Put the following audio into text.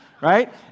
right